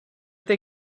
they